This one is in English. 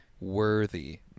worthy